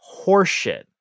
horseshit